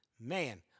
Man